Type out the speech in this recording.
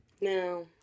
No